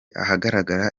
ahagaragara